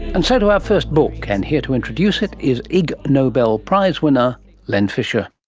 and so to our first book, and here to introduce it is ig nobel prize winner len fisher.